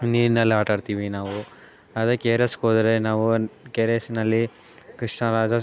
ನೀರ್ನಲ್ಲಿ ಆಟ ಆಡ್ತೀವಿ ನಾವು ಅದೇ ಕೆ ಆರ್ ಎಸ್ಸಿಗೋದ್ರೆ ನಾವು ಕೆ ಆರ್ ಎಸ್ಸಿನಲ್ಲಿ ಕೃಷ್ಣರಾಜ